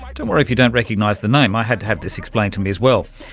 like don't worry if you don't recognise the name, i had to have this explained to me as well.